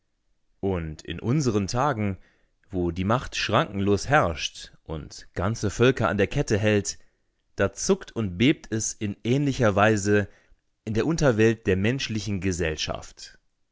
und in unseren tagen wo die macht schrankenlos herrscht und ganze völker an der kette hält da zuckt und bebt es in ähnlicher weise in der unterwelt der menschlichen gesellschaft